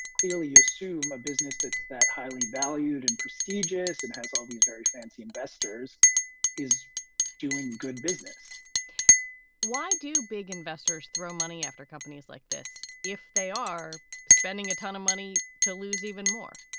clearly, you assume a business that's that highly valued and prestigious and has all these very fancy investors is doing good business why do big investors throw money after companies like this if they are spending a ton of money to lose even more?